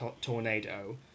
tornado